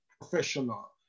professional